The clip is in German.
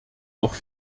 noch